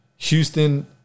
Houston